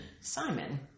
Simon